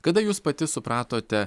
kada jūs pati supratote